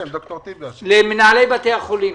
להודות למנהלי בתי החולים,